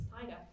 tiger